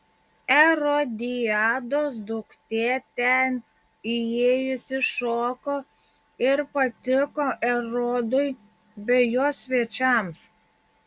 erodiados duktė ten įėjusi šoko ir patiko erodui bei jo svečiams